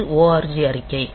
இது ORG அறிக்கை